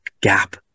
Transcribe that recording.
gap